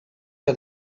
que